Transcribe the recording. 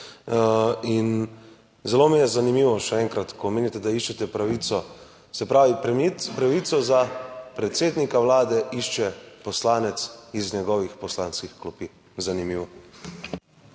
In zelo mi je zanimivo, še enkrat, ko menite, da iščete pravico. Se pravimi, pravico za predsednika Vlade išče poslanec iz njegovih poslanskih klopi. Zanimivo.